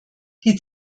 die